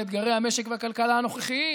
לאתגרי המשק והכלכלה הנוכחיים.